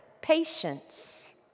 patience